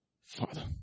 father